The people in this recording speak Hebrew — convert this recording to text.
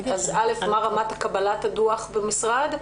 מה רמת קבלת הדוח במשרד?